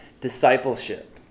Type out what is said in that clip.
discipleship